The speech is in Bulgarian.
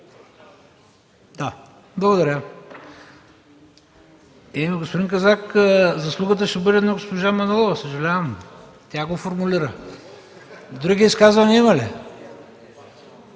Благодаря. Господин Казак, заслугата ще бъде на госпожа Манолова. Съжалявам, тя го формулира. Други изказвания има ли?